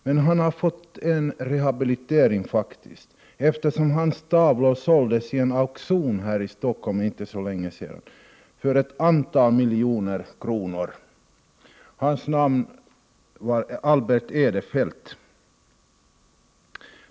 Nu har han dock fått rehabilitering, eftersom en av hans tavlor såldes för flera miljoner vid en auktion här i Stockholm för inte så länge sedan. Hans namn var Albert Edelfelt.